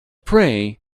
pray